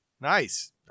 Nice